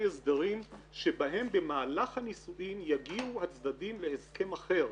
הסדרים שבהם במהלך הנישואין יגיעו הצדדים להסכם אחר,